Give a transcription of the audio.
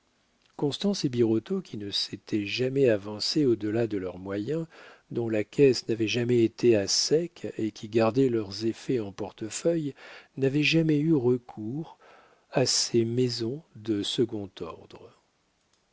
constance et birotteau qui ne s'étaient jamais avancés au delà de leurs moyens dont la caisse n'avait jamais été à sec et qui gardaient leurs effets en portefeuille n'avaient jamais eu recours à ces maisons de second ordre